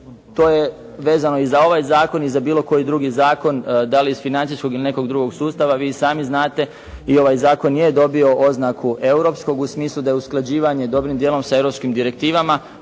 To je vezano i za ovaj zakon i za bilo koji drugi zakon da li iz financijskog ili nekog drugog sustava. Vi i sami znate i ovaj zakon je dobio oznaku europskog, u smislu da je usklađivanje dobrim dijelom sa europskim direktivama,